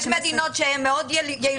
יש מדינות שהן מאוד יעילות.